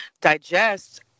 digest